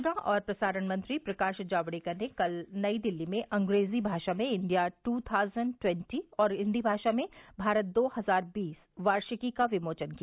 सूचना और प्रसारण मंत्री प्रकाश जावड़ेकर ने कल नई दिल्ली में अंग्रेजी भाषा में इंडिया टू थाउजैन्ड ट्वेंटी और हिन्दी भाषा में भारत दो हजार बीस वार्षिकी का विमोचन किया